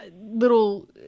little